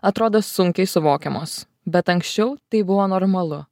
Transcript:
atrodo sunkiai suvokiamos bet anksčiau tai buvo normalu